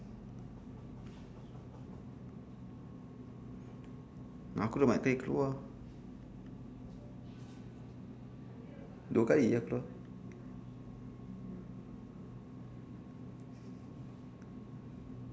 aku dah banyak kali keluar dua kali aku keluar